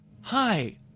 Hi